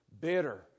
bitter